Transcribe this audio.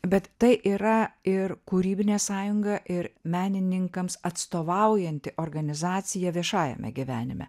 bet tai yra ir kūrybinė sąjunga ir menininkams atstovaujanti organizacija viešajame gyvenime